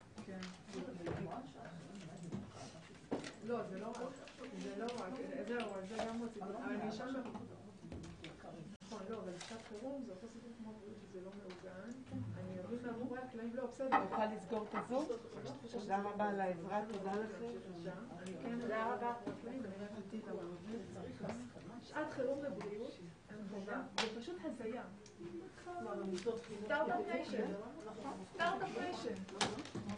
13:45.